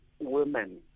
women